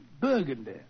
Burgundy